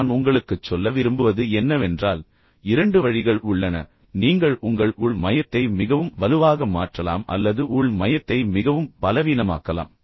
நான் உங்களுக்குச் சொல்ல விரும்புவது என்னவென்றால் 2 வழிகள் உள்ளன நீங்கள் உங்கள் உள் மையத்தை மிகவும் வலுவாக மாற்றலாம் அல்லது உள் மையத்தை மிகவும் பலவீனமாக்கலாம்